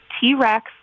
T-Rex